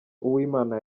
uwimana